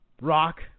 rock